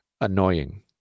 annoying